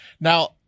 now